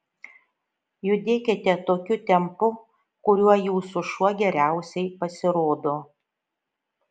judėkite tokiu tempu kuriuo jūsų šuo geriausiai pasirodo